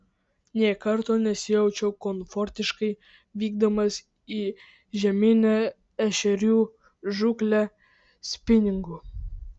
nė karto nesijaučiu komfortiškai vykdamas į žieminę ešerių žūklę spiningu